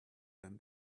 than